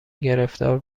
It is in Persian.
گرفتار